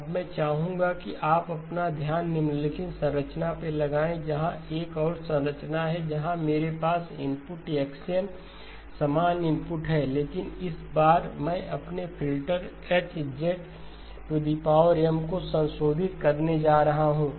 अब मैं चाहूंगा कि आप अपना ध्यान निम्नलिखित संरचना पर लगाएं जहां एक और संरचना है जहां मेरे पास इनपुट x n समान इनपुट है लेकिन इस बार मैं अपने फ़िल्टर H को संशोधित करने जा रहा हूं